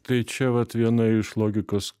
tai čia vat viena iš logikos